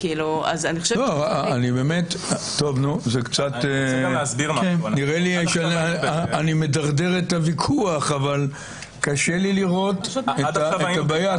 אני מדרדר את הוויכוח, אבל קשה לי לראות את הבעיה.